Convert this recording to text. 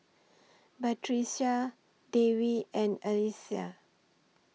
Batrisya Dewi and Alyssa